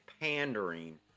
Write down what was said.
pandering